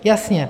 Jasně.